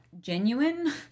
genuine